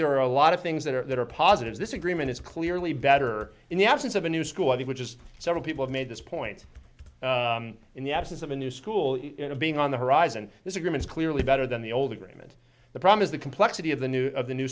there are a lot of things that are that are positive this agreement is clearly better in the absence of a new school which is several people made this point in the absence of a new school being on the horizon this agreement is clearly better than the old agreement the problem is the complexity of the new of the new